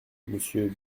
monsieur